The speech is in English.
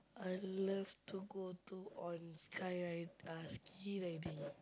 I love to go to on sky ride uh ski riding